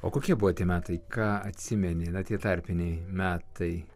o kokie buvo tie metai ką atsimeni tie tarpiniai metai